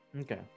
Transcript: Okay